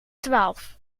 twaalf